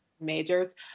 Majors